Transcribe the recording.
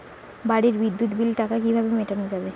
বাড়ির বিদ্যুৎ বিল টা কিভাবে মেটানো যাবে?